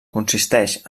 consisteix